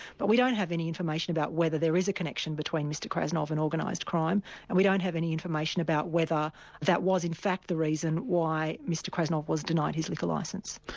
but we don't have any information about whether there is a connection between mr krasnov and organised crime, and we don't have any information about whether that was in fact the reason why mr krasnov was denied his liquor licence.